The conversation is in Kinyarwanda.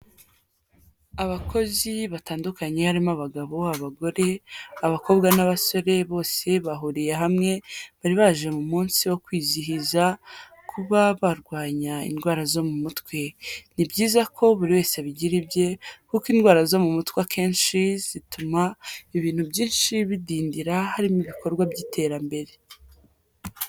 Abakozi batandukanye harimo abagabo, abagore, abakobwa n'abasore, bose bahuriye hamwe, bari baje mu munsi wo kwizihiza kuba barwanya indwara zo mu mutwe. Ni byiza ko buri wese abigira ibye, kuko indwara zo mu mutwe akenshi zituma ibintu byinshi bidindira harimo ibikorwa by'iterambere.